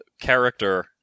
character